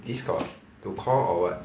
Discord to call or what